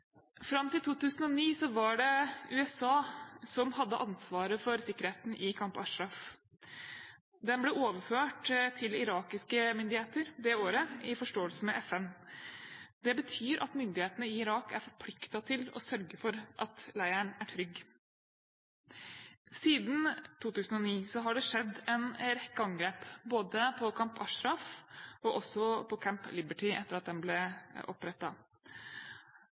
Fram til 2009 var det USA som hadde ansvaret for sikkerheten i Camp Ashraf. Den ble overført til irakiske myndigheter det året, i forståelse med FN. Det betyr at myndighetene i Irak er forpliktet til å sørge for at leiren er trygg. Siden 2009 har det skjedd en rekke angrep, både på Camp Ashraf og også på Camp Liberty etter at den ble